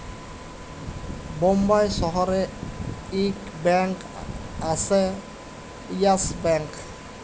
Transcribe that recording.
বোম্বাই শহরে ইক ব্যাঙ্ক আসে ইয়েস ব্যাঙ্ক